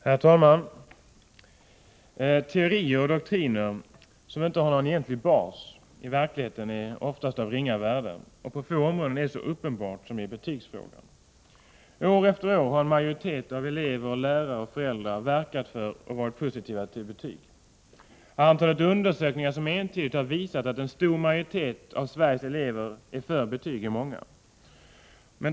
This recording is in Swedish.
Herr talman! Teorier och doktriner som inte har någon egentlig bas i verkligheten är oftast av ringa värde. På få områden är det så uppenbart som i betygsfrågan. År efter år har en majoritet av elever, lärare och föräldrar verkat för och varit positiva till betyg. Antalet undersökningar som entydigt har visat att en stor majoritet av Sveriges elever är för betyg är många.